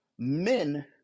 men